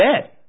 dead